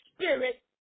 spirit